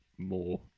More